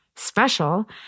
Special